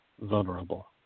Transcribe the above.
vulnerable